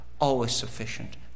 always-sufficient